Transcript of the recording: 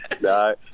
No